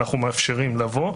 אנחנו מאפשרים לבוא.